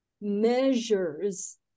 measures